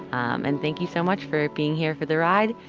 and thank you so much for being here for the ride,